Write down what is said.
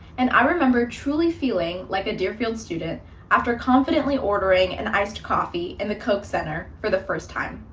and i remember truly feeling like a deerfield student after confidently ordering an iced coffee in the coke center for the first time.